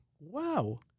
wow